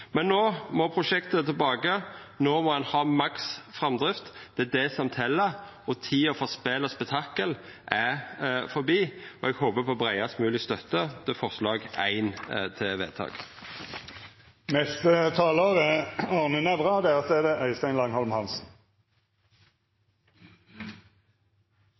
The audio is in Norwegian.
må prosjektet tilbake, no må ein få ei maks framdrift, det er det som tel, og tida for spel og spetakkel er forbi. Eg håpar på breiast mogleg støtte til forslaget til vedtak I. Venstres representant sier noe som mange sier: Du har rett, Arne Nævra, det er